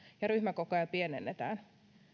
ja ryhmäkokoja pienennetään